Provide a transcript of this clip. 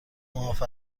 معاف